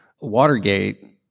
Watergate